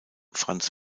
franz